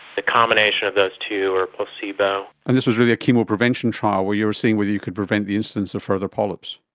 the combination of those two, or placebo. and this was really a chemoprevention trial where you were seeing whether you could prevent the incidence of further polyps.